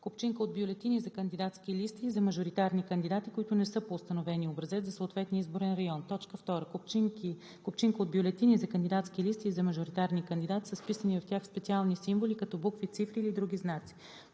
купчинка от бюлетини за кандидатски листи и за мажоритарни кандидати, които не са по установения образец за съответния изборен район; 2. купчинка от бюлетини за кандидатски листи и за мажоритарни кандидати с вписани в тях специални символи, като букви, цифри или други знаци;